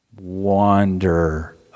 Wander